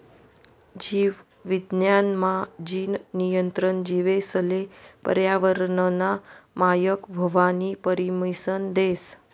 जीव विज्ञान मा, जीन नियंत्रण जीवेसले पर्यावरनना मायक व्हवानी परमिसन देस